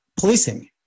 policing